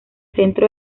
centro